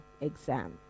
exam